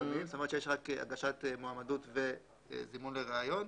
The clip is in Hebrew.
שיש רק הגשת מועמדות וזימון לריאיון.